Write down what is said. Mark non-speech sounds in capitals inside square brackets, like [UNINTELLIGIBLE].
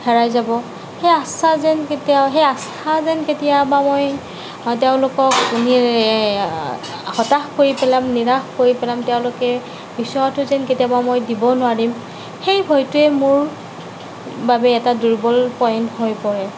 হেৰাই যাব সেই আস্থা যেন কেতিয়া সেই আস্থা যেন কেতিয়াবা মই তেওঁলোকক [UNINTELLIGIBLE] হতাশ কৰি পেলাম নিৰাশ কৰি পেলাম তেওঁলোকে বিচৰাটো যেন কেতিয়াবা মই দিব নোৱাৰিম সেই ভয়টোৱে মোৰ বাবে এটা দুৰ্বল পইন্ট হৈ পৰে